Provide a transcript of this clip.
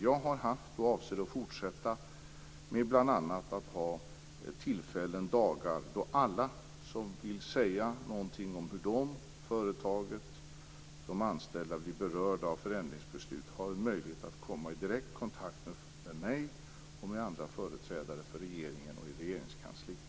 Jag har ordnat och avser att fortsätta att ordna tillfällen - dagar - då alla som vill säga någonting om hur företaget och de anställda blir berörda av förändringsbeslut har möjlighet att komma i direkt kontakt med mig och med andra företrädare för regeringen och Regeringskansliet.